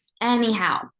Anyhow